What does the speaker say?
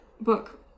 book